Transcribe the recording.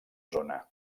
zona